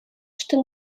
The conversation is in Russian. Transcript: что